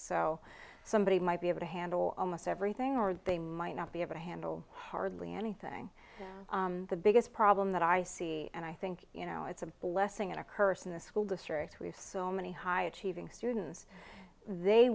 so somebody might be able to handle almost everything or they might not be able to handle hardly anything the biggest problem that i see and i think you know it's a blessing and a curse in the school district we have so many high achieving students they